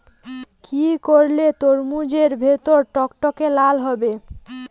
কি করলে তরমুজ এর ভেতর টকটকে লাল হবে?